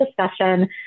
discussion